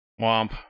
Womp